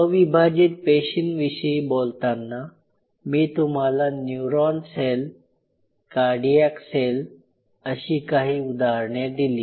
अविभाजित पेशींविषयी बोलतांना मी तुम्हाला न्यूरॉन सेल कार्डियाक सेल अशी काही उदाहरणे दिली